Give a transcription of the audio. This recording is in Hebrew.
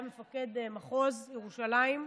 הוא היה מפקד מחוז ירושלים,